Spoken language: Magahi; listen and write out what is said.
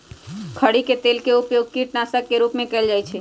खरी के तेल के उपयोग कीटनाशक के रूप में कएल जाइ छइ